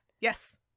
Yes